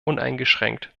uneingeschränkt